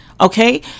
Okay